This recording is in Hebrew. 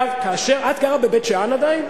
את גרה בבית-שאן עדיין?